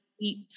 eat